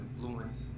influence